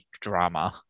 drama